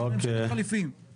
תבקשו עוד הפעם אחרי זה.